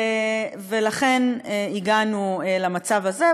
ולכן הגענו למצב הזה.